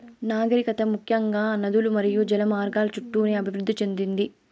నాగరికత ముఖ్యంగా నదులు మరియు జల మార్గాల చుట్టూనే అభివృద్ది చెందింది